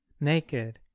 naked